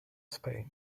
spain